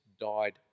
died